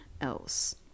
else